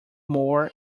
more